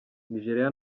nigeria